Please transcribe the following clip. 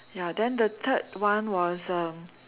ya then the third one was um